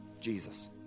Jesus